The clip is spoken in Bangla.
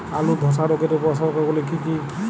আলুর ধসা রোগের উপসর্গগুলি কি কি?